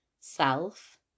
self